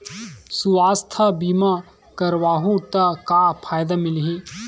सुवास्थ बीमा करवाहू त का फ़ायदा मिलही?